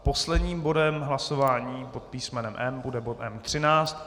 Posledním bodem hlasování pod písmenem M bude bod M13.